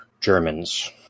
Germans